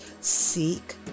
seek